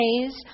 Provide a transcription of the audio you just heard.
days